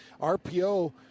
RPO